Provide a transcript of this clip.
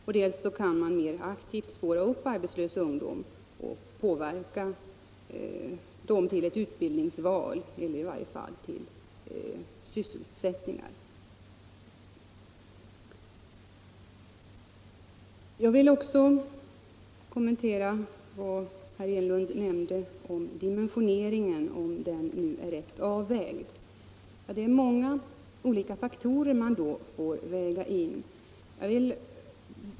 På det sättet kan man också spåra upp arbetslösa ungdomar och påverka dem till ett utbildningsval eller till sysselsättning. Herr Enlund tog också upp frågan huruvida dimensioneringen är riktigt avvägd. Det är många olika faktorer som här skall vägas in.